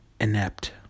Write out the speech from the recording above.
inept